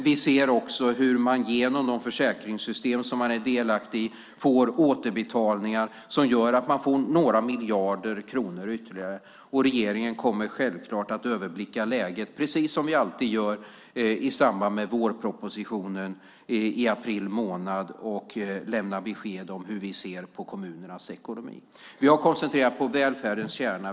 Vi ser också hur man genom de försäkringssystem som man är delaktig i får återbetalningar som gör att man får några miljarder kronor ytterligare. Regeringen kommer självklart som alltid att överblicka läget i samband med vårpropositionen i april och lämna besked om hur vi ser på kommunernas ekonomi. Vi har koncentrerat oss på välfärdens kärna.